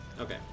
Okay